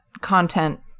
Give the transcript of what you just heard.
content